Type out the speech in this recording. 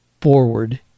forward